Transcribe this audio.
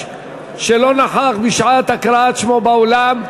שלא נכח בשעת הקראת שמו באולם?